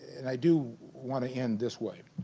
and i do want to end this way.